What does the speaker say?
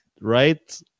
right